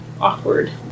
awkward